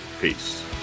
Peace